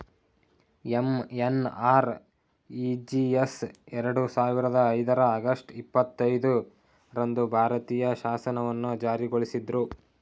MNREGS ಎರಡು ಸಾವಿರದ ಐದರ ಆಗಸ್ಟ್ ಇಪ್ಪತ್ತೈದು ರಂದು ಭಾರತೀಯ ಶಾಸನವನ್ನು ಜಾರಿಗೊಳಿಸಿದ್ರು